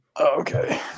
okay